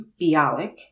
Bialik